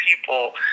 people